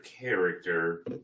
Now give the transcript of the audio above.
character